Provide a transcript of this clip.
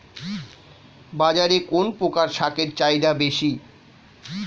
বাজারে কোন প্রকার শাকের চাহিদা বেশী?